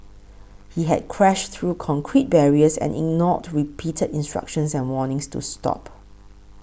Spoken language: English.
he had crashed through concrete barriers and ignored repeated instructions and warnings to stop